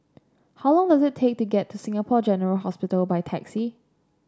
how long does it take to get to Singapore General Hospital by taxi